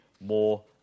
more